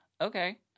Okay